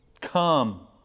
Come